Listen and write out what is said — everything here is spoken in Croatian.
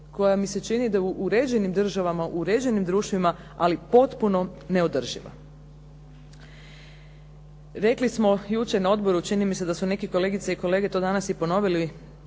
koja mi se čini da u uređenim državama, u uređenim društvima, ali potpuno neodrživa. Rekli smo jučer na odboru, čini mi se da su neke kolegice i kolege to danas i ponovili